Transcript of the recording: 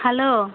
hello